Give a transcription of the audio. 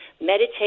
meditate